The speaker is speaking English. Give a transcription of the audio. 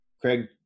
Craig